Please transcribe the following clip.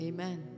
Amen